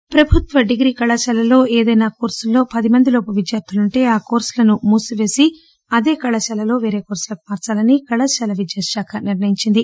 degree course ప్రభుత్వ degree కళాశాలల్లో ఏదైన కోర్పుల్లో పది మంది లోపు విద్యార్టులుంటే ఆ కోర్పులను మూసివేసి అదే కళాశాలలో పేరే కోర్పులకు మార్పాలని కళాశాల విద్యాశాఖ నిర్ణయించింది